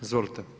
Izvolite.